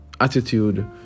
attitude